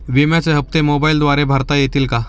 विम्याचे हप्ते मोबाइलद्वारे भरता येतील का?